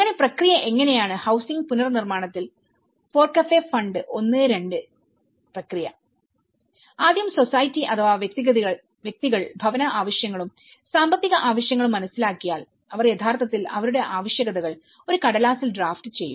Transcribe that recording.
അങ്ങനെ പ്രക്രിയ എങ്ങനെയാണ്ഹൌസിംഗ് പുനർനിർമ്മാണത്തിൽ ഫോറെക്കഫെ ഫണ്ട് 1 2 FORECAFE fund 12വിന്റെ പ്രക്രിയ ആദ്യംസൊസൈറ്റി അഥവാ വ്യക്തികൾ ഭവന ആവശ്യങ്ങളും സാമ്പത്തിക ആവശ്യങ്ങളും മനസ്സിലാക്കിയാൽ അവർ യഥാർത്ഥത്തിൽ അവരുടെ ആവശ്യകതകൾ ഒരു കടലാസിൽ ഡ്രാഫ്റ്റ് ചെയ്യും